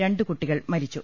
രണ്ട് കുട്ടികൾ മരി ച്ചു